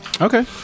Okay